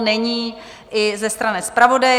Není, i ze strany zpravodaje.